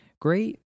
Great